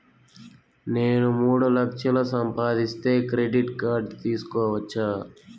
నేను మూడు లక్షలు సంపాదిస్తే క్రెడిట్ కార్డు తీసుకోవచ్చా?